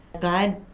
God